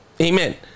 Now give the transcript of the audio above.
Amen